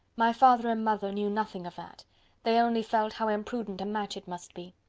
my father and mother knew nothing of that they only felt how imprudent a match it must be.